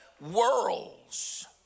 worlds